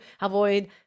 avoid